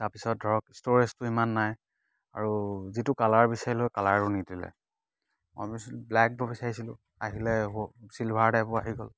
তাৰপিছত ধৰক ষ্ট'ৰেজটো ইমান নাই আৰু যিটো কালাৰ বিচাৰিলো কালাৰো নিদিলে ব্লেক বিচাৰিছিলো আহিলে আকৌ ছিলভাৰ টাইপৰ আহি গ'ল